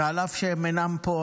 ואף שהם אינם פה,